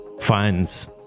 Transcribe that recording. finds